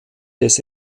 des